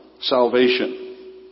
salvation